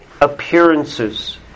appearances